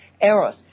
errors